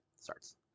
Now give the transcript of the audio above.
starts